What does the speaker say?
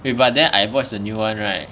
eh but then I watch the new [one] right